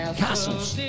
castles